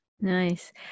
Nice